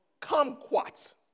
kumquats